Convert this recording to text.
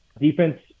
Defense